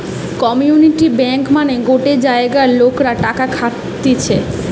community bank মানে গটে জায়গার লোকরা টাকা খাটতিছে